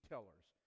Tellers